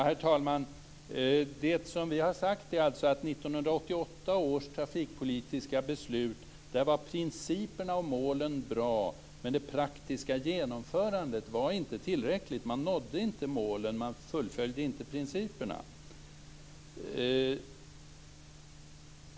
Herr talman! Det som vi har sagt är att principerna och målen i 1988 års trafikpolitiska beslut var bra men att det praktiska genomförandet inte var tillräckligt. Man nådde inte målen, och man fullföljde inte principerna.